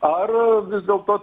ar vis dėlto